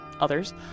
others